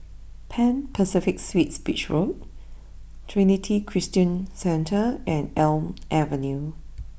Pan Pacific Suites Beach Road Trinity Christian Centre and Elm Avenue